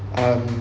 um